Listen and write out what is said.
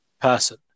person